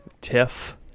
tiff